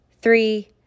three